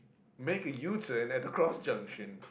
make a you turn at the cross junction